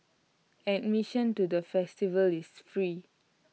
admission to the festival is free